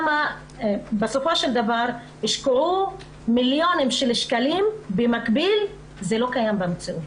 בסופו של דבר הושקעו מיליוני שקלים במקביל אבל זה לא קיים במציאות.